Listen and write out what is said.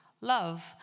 Love